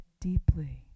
deeply